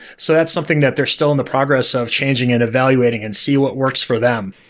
so that something that they're still and the progress of changing and evaluating and see what works for them.